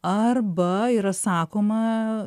arba yra sakoma